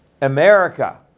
America